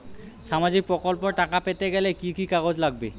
সামাজিক প্রকল্পর টাকা পেতে গেলে কি কি কাগজ লাগবে?